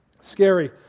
Scary